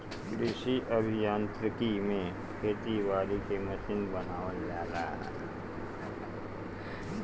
कृषि अभियांत्रिकी में खेती बारी के मशीन बनावल जाला